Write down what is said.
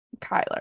Kyler